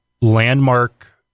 landmark